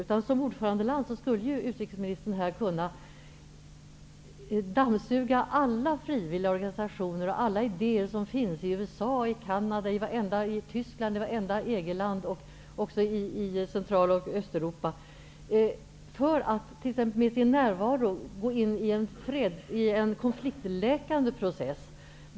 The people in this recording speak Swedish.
Som representant för ordförandelandet skulle utrikesministern kunna dammsuga alla frivilligorganisationer och alla idéer som finns -- i USA, Canada, Tyskland, vartenda EG-land och också i Central och Östeuropa -- och med sin närvaro gå in i en konfliktläkande process.